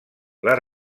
les